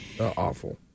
Awful